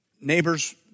neighbor's